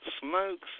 smokes